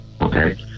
okay